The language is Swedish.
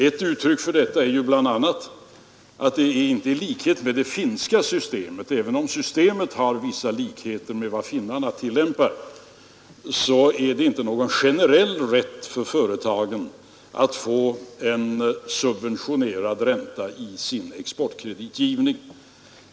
Ett uttryck för detta är bl.a. att till skillnad från det finska systemet — även om vårt system har vissa likheter med det som finnarna tillämpar — företagen inte har någon generell rätt att få en subventionerad ränta i sin exportkreditgivning.